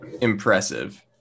impressive